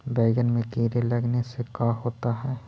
बैंगन में कीड़े लगने से का होता है?